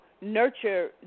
nurture